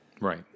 Right